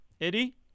Eddie